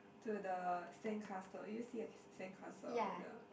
to the sand castle do you see a sand castle on the